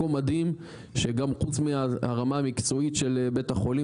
מקום מדהים שגם חוץ מהרמה המקצועית של בית החולים,